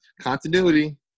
Continuity